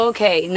Okay